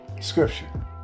Scripture